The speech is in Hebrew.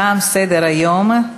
תם סדר-היום.